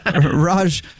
Raj